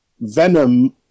Venom